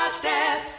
step